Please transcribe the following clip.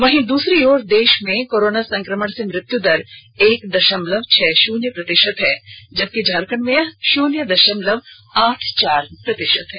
वहीं दूसरी ओर देश में कोरोना संक्रमण से मृत्यु दर एक दशमलव छह शून्य प्रतिशत है जबकि झारखंड में यह शून्य दशमलव आठ चार प्रतिशत है